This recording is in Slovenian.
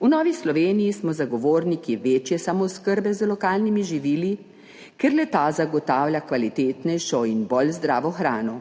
V Novi Sloveniji smo zagovorniki večje samooskrbe z lokalnimi živili, ker le-ta zagotavlja kvalitetnejšo in bolj zdravo hrano.